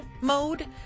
mode